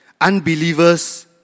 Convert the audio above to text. Unbelievers